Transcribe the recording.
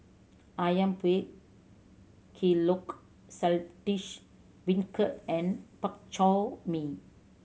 Ayam Buah Keluak Saltish Beancurd and Bak Chor Mee